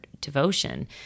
devotion